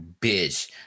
bitch